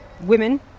Women